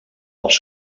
pels